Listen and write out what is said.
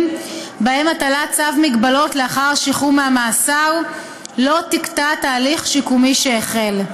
שבהם הטלת צו מגבלות לאחר השחרור ממאסר לא תקטע תהליך שיקומי שהחל.